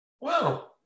Wow